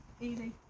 easy